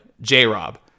J-Rob